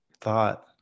Thought